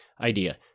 idea